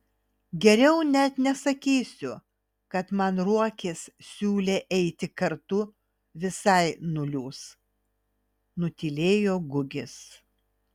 geriau net nesakysiu kad man ruokis siūlė eiti kartu visai nuliūs nutylėjo gugis